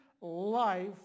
life